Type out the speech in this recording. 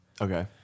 Okay